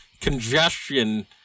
congestion